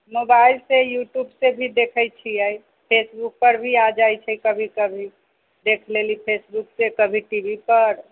मोबाइलसँ यूट्यूबसँ भी देखैत छियै फेसबुकपर भी आ जाइत छै कभी कभी देख लेली फेसबुकसँ कभी टी वी पर